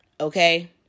Okay